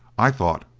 i thought.